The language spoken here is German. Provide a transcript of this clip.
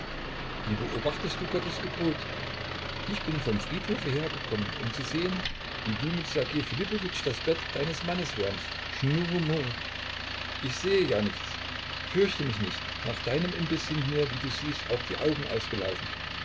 wie beobachtest du gottes gebot ich bin vom friedhofe hergekommen um zu sehen wie du mit ssergej philippowitsch das bett deines mannes wärmst schnurr murr ich sehe ja nichts fürchte mich nicht nach deinem imbiß sind mir wie du siehst auch die augen ausgelaufen